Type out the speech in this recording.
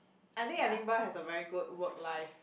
I think Edinburgh has a very good work life